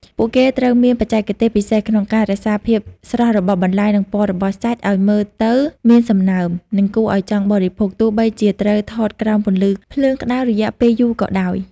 ពួកគេត្រូវមានបច្ចេកទេសពិសេសក្នុងការរក្សាភាពស្រស់របស់បន្លែ និងពណ៌របស់សាច់ឱ្យមើលទៅមានសំណើម និងគួរឱ្យចង់បរិភោគ ទោះបីជាត្រូវថតក្រោមពន្លឺភ្លើងក្ដៅរយៈពេលយូរក៏ដោយ។